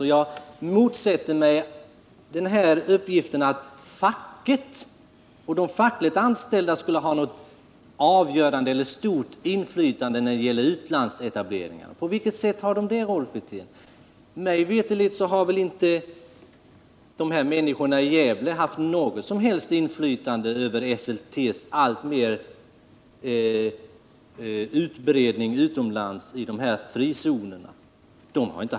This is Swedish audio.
Och jag ifrågasätter uppgiften att de fackligt anslutna skulle ha stort inflytande när det gäller utlandsetableringar. På vilket sätt skulle de ha det, Rolf Wirtén? Mig veterligt har människorna i Gävle inte haft något som helst inflytande över Esseltes allt större utbredning utomlands i frizonerna.